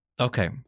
Okay